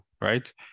right